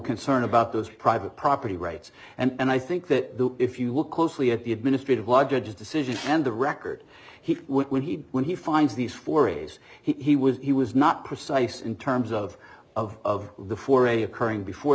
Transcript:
concern about those private property rights and i think that if you look closely at the administrative law judge decision and the record he when he when he finds these forays he was he was not precise in terms of of the four a occurring before